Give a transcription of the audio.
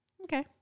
Okay